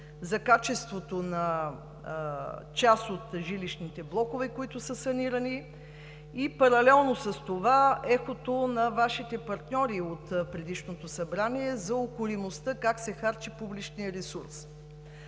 за качеството на част от жилищните блокове, които са санирани, и паралелно с това ехото на Вашите партньори от предишното събрание за укоримостта как се харчи публичният ресурс.